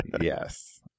Yes